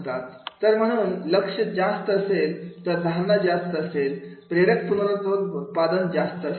तर म्हणून लक्ष जास्त असेल तर धारणा जास्त असेल प्रेरक हे प्रेरक पुनरुत्पादन असेल